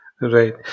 right